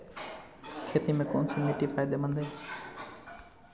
खेती में कौनसी मिट्टी फायदेमंद है?